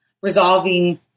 resolving